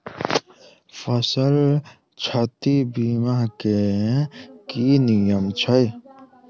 फसल क्षति बीमा केँ की नियम छै?